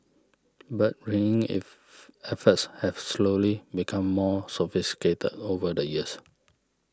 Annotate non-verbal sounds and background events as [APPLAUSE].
bird ringing if [UNINTELLIGIBLE] efforts have slowly become more sophisticated over the years